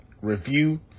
review